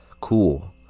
cool